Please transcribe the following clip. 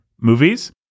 movies